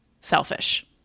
selfish